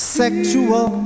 sexual